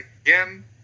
again